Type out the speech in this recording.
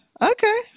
Okay